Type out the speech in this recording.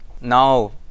Now